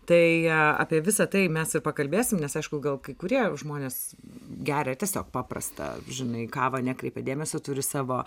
tai apie visa tai mes ir pakalbėsim nes aišku gal kai kurie žmonės geria tiesiog paprastą žinai kavą nekreipia dėmesio turi savo